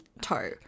Toe